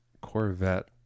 Corvette